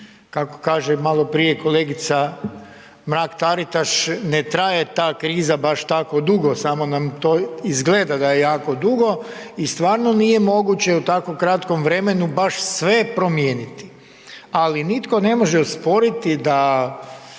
kako kaže malo prije kolegica Mrak Taritaš, ne traje ta kriza baš tako dugo, samo nam to izgleda da je jako dugo i stvarno nije moguće u tako kratkom vremenu baš sve promijeniti, ali nitko ne može osporiti da